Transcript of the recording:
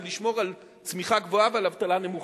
ולשמור על צמיחה גבוהה ועל אבטלה נמוכה,